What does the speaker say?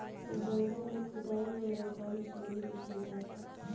जंगल में खोदाई वाला काम शुरू होखे जाता